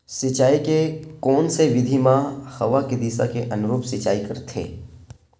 सिंचाई के कोन से विधि म हवा के दिशा के अनुरूप सिंचाई करथे?